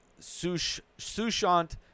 Sushant